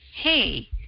Hey